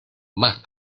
más